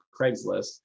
Craigslist